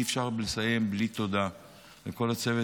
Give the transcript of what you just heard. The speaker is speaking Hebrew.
אי-אפשר לסיים בלי תודה לכל הצוות